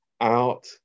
out